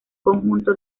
conjunto